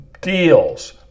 deals